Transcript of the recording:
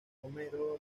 homero